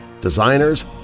designers